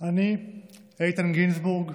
אני איתן גינזבורג,